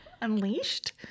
Unleashed